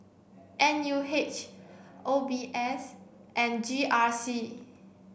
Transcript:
N U H O B S and G R C